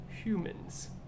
humans